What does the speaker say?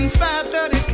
5.30